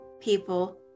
people